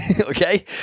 okay